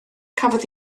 cafodd